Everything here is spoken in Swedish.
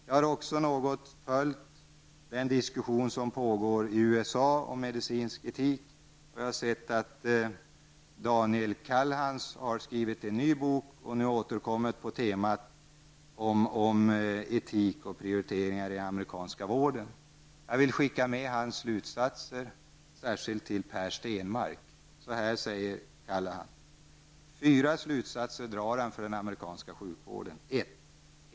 Jag har också något följt den diskussion som pågår i USA om medicinsk etik. Daniel Callahans har skrivit en ny bok och återkommit om etik och prioriteringar inom den amerikanska vården. Jag vill nämna hans slutsatser, särskilt för Per Stenmarck. Callahans drar fyra slutsatser med tanke på den amerikanska sjukvården. 1.